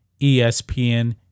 ESPN